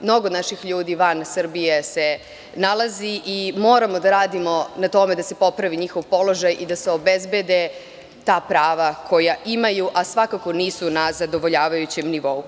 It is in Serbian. Mnogo naših ljudi van Srbije se nalazi i moramo da radimo na tome da se popravi njihov položaj i da se obezbede ta prava koja imaju, a svakako nisu na zadovoljavajućem nivou.